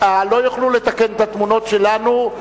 לא יוכלו לתקן את התמונות שלנו.